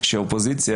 אם האופוזיציה